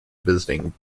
visiting